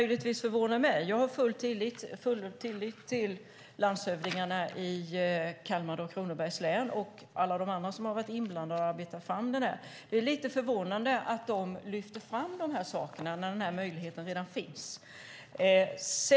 Jag har även full tillit till landshövdingarna i Kalmar och Kronobergs län och alla de andra som har varit inblandade när det gäller att arbeta fram det här, och det som möjligtvis förvånar mig lite är att de lyfter fram de här sakerna när den här möjligheten redan finns.